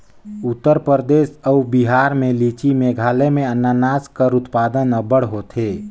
उत्तर परदेस अउ बिहार में लीची, मेघालय में अनानास कर उत्पादन अब्बड़ होथे